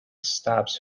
stabs